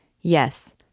Yes